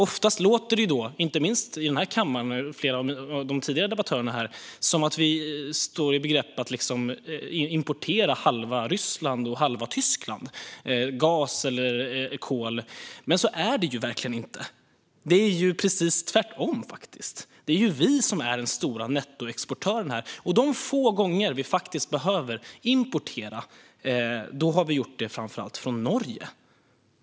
Ofta låter det som, och inte minst här i kammaren från flera av de tidigare debattörerna, att vi står i begrepp att importera energi från gas eller kol från halva Ryssland och halva Tyskland. Så är det verkligen inte. Det är precis tvärtom. Det är vi som är den stora nettoexportören. De få gånger vi behöver importera har vi gjort det framför allt från Norge.